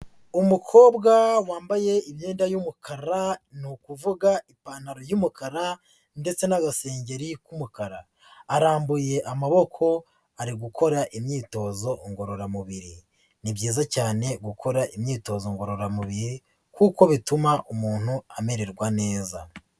Umukobwa wambaye imyenda y'umukara ni ukuvuga ipantaro y'umukara ndetse n'agasengeri k'umukara. Arambuye amaboko ari gukora imyitozo ngororamubiri, ni byiza cyane gukora imyitozo ngororamubiri kuko bituma umuntu amererwa neza.